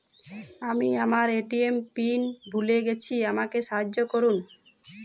আমি আমার ATM PIN ভুলে গেছি আমাকে সাহায্য করুন